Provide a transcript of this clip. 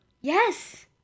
Yes